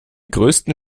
größten